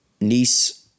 Nice